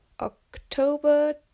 October